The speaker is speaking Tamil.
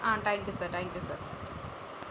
ah thank you sir thank you sir